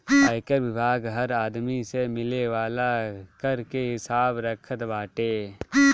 आयकर विभाग हर आदमी से मिले वाला कर के हिसाब रखत बाटे